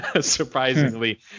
surprisingly